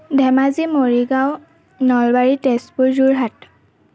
Dhemaji Morigaon Nalbari Tezpur Jorhat